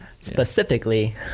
specifically